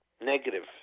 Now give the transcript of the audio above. negative